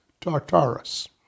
Tartarus